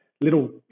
little